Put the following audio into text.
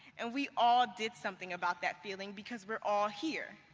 and we all did something about that feeling because we're all here,